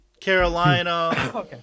Carolina